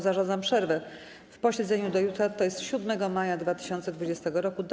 Zarządzam przerwę w posiedzeniu do jutra, tj. 7 maja 2020 r., do